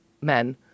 men